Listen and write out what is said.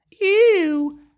Ew